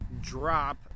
drop